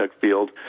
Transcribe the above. field